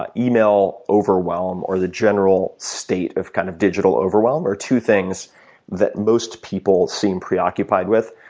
but email overwhelm or the general state of kind of digital overwhelm are two things that most people seem preoccupied with.